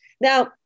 Now